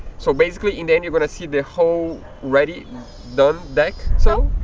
so basically in the end you're gonna see the whole ready done deck. so,